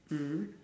mm